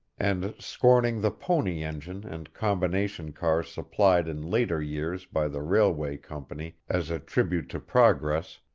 and, scorning the pony engine and combination car supplied in later years by the railway company as a tribute to progress,